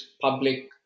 public